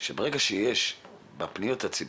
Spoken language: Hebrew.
זה שברגע שיש בפניות הציבור,